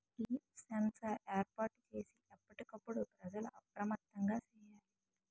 leaf sensor ఏర్పాటు చేసి ఎప్పటికప్పుడు ప్రజలు అప్రమత్తంగా సేయాలి